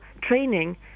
training